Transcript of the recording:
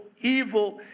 evil